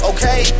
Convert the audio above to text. Okay